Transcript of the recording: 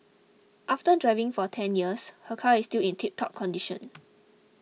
after driving for ten years her car is still in tiptop condition